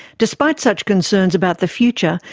despite such concerns about the future,